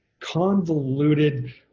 convoluted